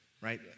right